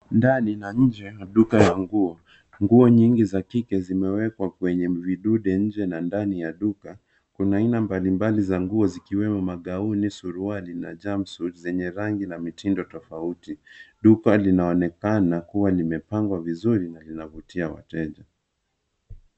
Ndani na nje ya duka la nguo. Nguo nyingi za kike zimewekwa kwenye vidude nje na ndani ya duka. Kuna aina mbali mbali za nguo zikiwemo magauni, suruali na jumpsuit zenye rangi na mitindo tofauti. Duka linaonekana kuwa limepangwa vizuri na linavutia wateja.